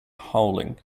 howling